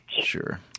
Sure